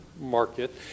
market